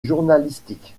journalistique